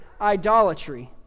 idolatry